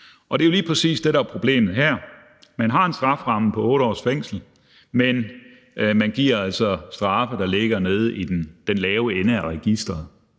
Og det er jo lige præcis det, der er problemet her: Man har en strafferamme på 8 års fængsel, men man giver altså straffe, der ligger nede i den lave ende af registeret,